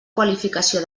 qualificació